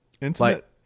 intimate